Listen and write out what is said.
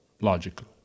logical